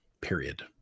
period